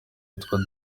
witwa